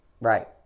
Right